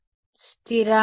విద్యార్థి స్థిరాంకం